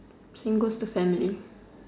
same goes to family